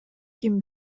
ким